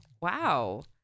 Wow